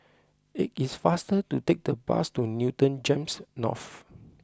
it is faster to take the bus to Newton Gems North